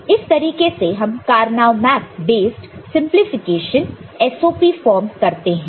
तो इस तरीके से हम Karnaugh map based simplification SOP form करते हैं